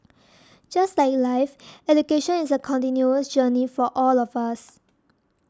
just like life education is a continuous journey for all of us